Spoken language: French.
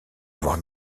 avoir